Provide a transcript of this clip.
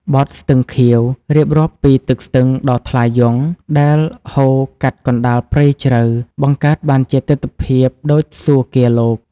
បទ «ស្ទឹងខៀវ» រៀបរាប់ពីទឹកស្ទឹងដ៏ថ្លាយង់ដែលហូរកាត់កណ្តាលព្រៃជ្រៅ បង្កើតបានជាទិដ្ឋភាពដូចសួគ៌ាលោក។